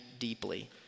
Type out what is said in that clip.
Deeply